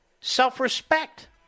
self-respect